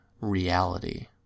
reality